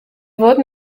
wurden